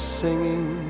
singing